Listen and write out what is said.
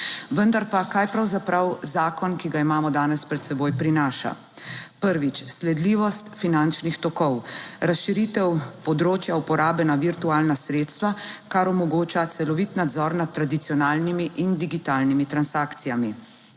Vendar pa, kaj pravzaprav zakon, ki ga imamo danes pred seboj prinaša? Prvič: sledljivost finančnih tokov. Razširitev področja uporabe na virtualna sredstva, kar omogoča celovit nadzor nad tradicionalnimi in digitalnimi transakcijami.